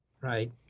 right